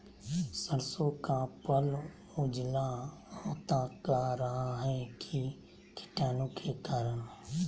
सरसो का पल उजला होता का रहा है की कीटाणु के करण?